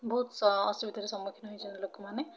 ବହୁତ୍ ସ ଅସୁବିଧାର ସମ୍ମୁଖୀନ ହେଇଛନ୍ତି ଲୋକମାନେ